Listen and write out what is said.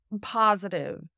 positive